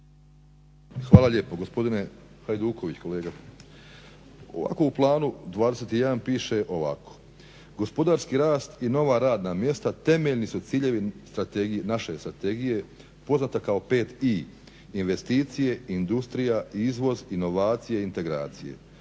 Hvala lijepa. Gospodine Hajduković kolega, u planu 21 piše ovako: gospodarski rast i nova radna mjesta temeljni su ciljevi naše strategije poznate kao 5i: investicije, industrije, izvoz, inovacije, integracije.